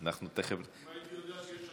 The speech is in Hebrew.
הייתי יודע שיש,